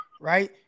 right